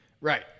Right